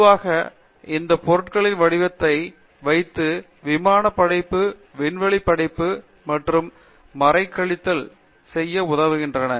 பொதுவாக இந்த பொருட்களின் வடிவத்தை வைத்து விமானப் படைப்பு விண்வெளிப் படைப்பு மற்றும் மறைக்கிழித்தல் செய்ய உதவுகின்றன